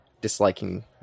disliking